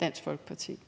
Dansk Folkeparti.